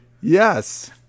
Yes